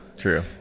True